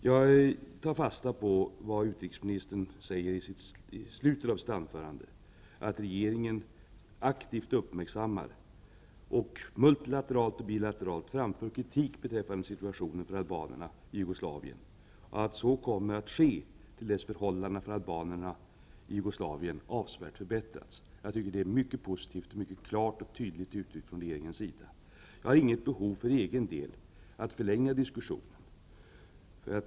Jag tar fasta på vad utrikesministern säger i slutet av sitt anförande, att regeringen aktivt uppmärksammar situationen och multilateralt och bilateralt framför kritik beträffande situationen för albanerna i Jugoslavien samt att så kommer att ske tills förhållandena för albanerna i Jugoslavien avsevärt förbättrats. Det är mycket positivt, mycket klart och tydligt uttryckt från regeringens sida. Jag har inget behov för egen del att förlänga diskussionen.